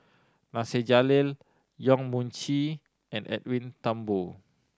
Nasir Jalil Yong Mun Chee and Edwin Thumboo